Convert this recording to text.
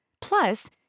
Plus